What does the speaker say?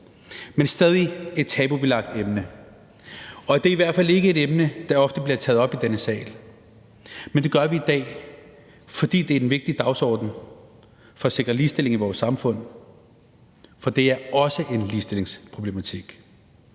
er stadig et tabubelagt emne. Det er i hvert fald ikke et emne, der ofte bliver taget op i denne sal, men det gør vi i dag, fordi det er en vigtig dagsorden for at sikre ligestilling i vores samfund – for det er også en ligestillingsproblematik.